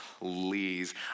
please